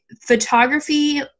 photography